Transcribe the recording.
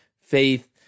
faith